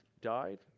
died